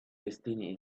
destiny